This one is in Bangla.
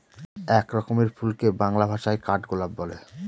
এক রকমের ফুলকে বাংলা ভাষায় কাঠগোলাপ বলে